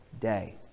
day